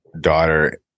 daughter